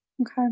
Okay